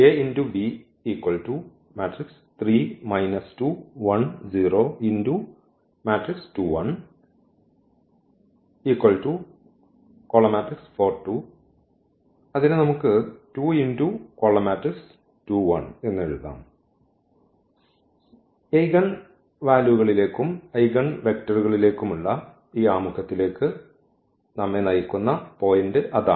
എയ്ഗെൻവാല്യൂവുകളിലേക്കും ഐഗൺവെക്റ്ററുകളിലേക്കുമുള്ള ഈ ആമുഖത്തിലേക്ക് നമ്മെ നയിക്കുന്ന പോയിന്റ് അതാണ്